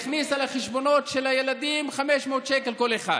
הכניסה לחשבונות של הילדים 500 שקל כל אחד.